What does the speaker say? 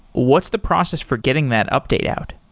what's the process for getting that update out?